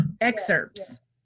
excerpts